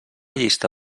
llista